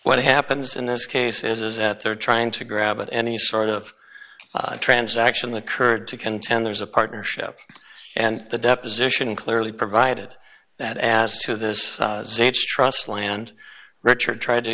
what happens in this case is that they're trying to grab at any sort of transaction the curd to contend there's a partnership and the deposition clearly provided that as to this trust land richard tried to